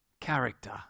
character